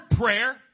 prayer